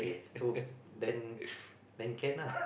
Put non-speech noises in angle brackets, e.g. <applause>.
so then then can ah <laughs>